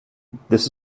this